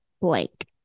blank